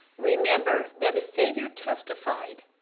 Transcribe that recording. remember that the savior testified,